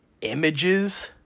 images